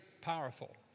powerful